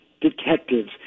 detectives